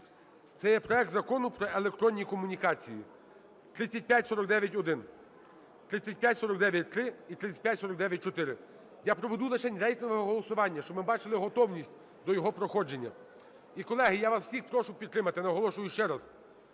Це є проект Закону про електронні комунікації (3549-1, 3549-3 і 3549-4). Я проведу лишень рейтингове голосування, щоб ми бачили готовність до його проходження. І, колеги, я вас всіх прошу підтримати. Наголошую ще раз,